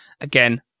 Again